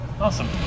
Awesome